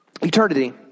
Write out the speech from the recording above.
eternity